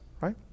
right